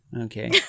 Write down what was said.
Okay